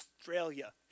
Australia